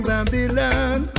Babylon